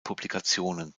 publikationen